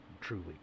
truly